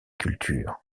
cultures